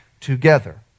together